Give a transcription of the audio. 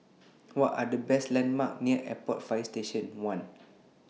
What Are The landmarks near Airport Fire Station one